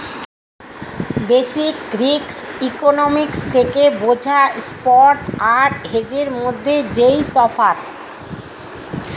basic risk economics থেকে বোঝা spot আর হেজের মধ্যে যেই তফাৎ